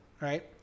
right